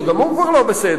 שגם הוא כבר לא בסדר,